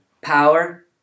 power